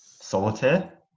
Solitaire